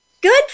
good